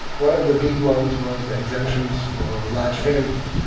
one of the big ones was the exemptions for a large family,